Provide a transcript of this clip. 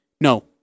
No